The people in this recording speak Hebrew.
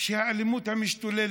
האלימות המשתוללת,